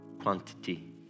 quantity